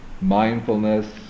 mindfulness